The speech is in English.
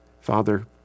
Father